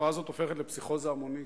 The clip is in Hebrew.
התופעה הזאת הופכת לפסיכוזה המונית,